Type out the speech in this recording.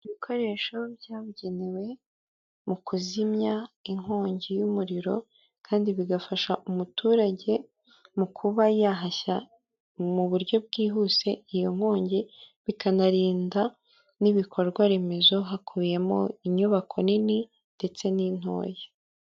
Ibikoresho byabugenewe mu kuzimya inkongi y'umuriro, kandi bigafasha umuturage mu kuba yahashya mu buryo bwihuse iyo nkongi, bikanarinda n'ibikorwa remezo hakubiyemo inyubako nini ndetse n'intoya.